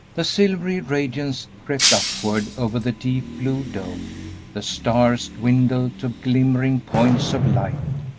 the silvery radiance crept upward over the deep blue dome the stars dwindled to glimmering points of light,